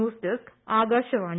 news desk Akashvani